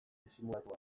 disimulatua